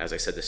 as i said the